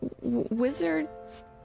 Wizard's